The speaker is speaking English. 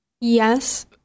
Yes